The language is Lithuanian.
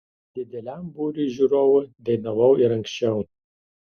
dideliam būriui žiūrovų dainavau ir anksčiau